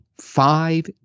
five